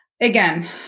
again